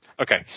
Okay